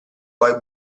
poi